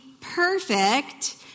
perfect